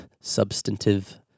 substantive